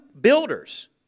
builders